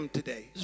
today